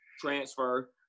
Transfer